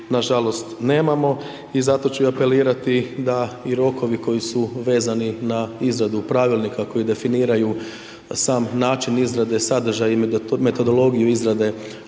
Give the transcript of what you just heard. nažalost nemamo i zato ću i apelirati da i rokovi koji su vezani na izradu pravilnika koji definiraju sam način izrade, sadržaj i metodologiju izrade